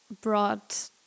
brought